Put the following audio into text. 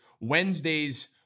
Wednesday's